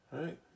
Right